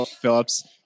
Phillips